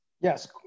Yes